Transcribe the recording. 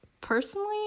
Personally